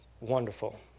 wonderful